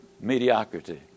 mediocrity